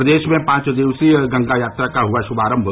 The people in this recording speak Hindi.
प्रदेश में पांच दिवसीय गंगा यात्रा का हुआ श्भारम्भ